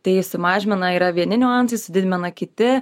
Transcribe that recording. tai sumažmena yra vieni niuansai su didmena kiti